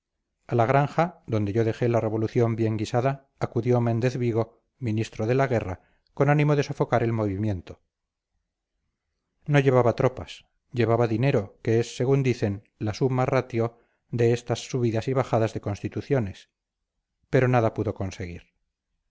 a la granja donde yo dejé la revolución bien guisada acudió méndez vigo ministro de la guerra con ánimo de sofocar el movimiento no llevaba tropas llevaba dinero que es según dicen la summa ratio de estas subidas y bajadas de constituciones pero nada pudo conseguir